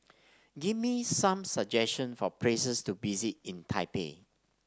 give me some suggestion for places to visit in Taipei